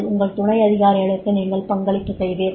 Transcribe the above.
உங்கள் துணை அதிகாரிகளுக்கு நீங்கள் பங்களிப்பு செய்வீர்கள்